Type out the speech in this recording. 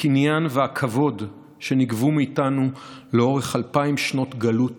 הקניין והכבוד שנגבו מאיתנו לאורך אלפיים שנות גלות